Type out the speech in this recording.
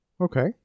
Okay